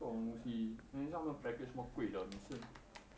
这种东西 then 那个 package 这么贵的每次